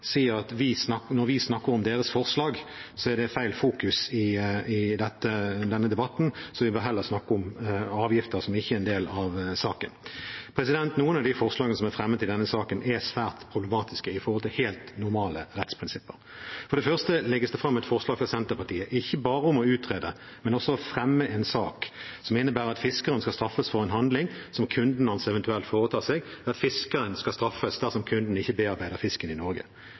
at når vi snakker om deres forslag, er det feil fokus i denne debatten, så vi bør heller snakke om avgifter, som ikke er en del av saken. Noen av forslagene som er fremmet i denne saken, er svært problematiske med hensyn til helt normale rettsprinsipper. For det første legges det fram et forslag fra Senterpartiet om ikke bare å utrede, men også fremme en sak som innebærer at fiskeren skal straffes for en handling som kunden eventuelt foretar seg, der fiskeren skal straffes dersom kunden ikke bearbeider fisken i Norge.